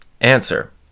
Answer